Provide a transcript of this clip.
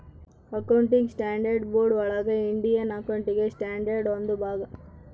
accounting standards board ಒಳಗ Indian accounting standard ಒಂದು ಭಾಗ